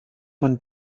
man